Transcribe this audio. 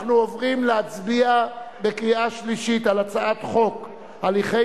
אנחנו עוברים להצביע בקריאה שלישית על הצעת חוק הליכי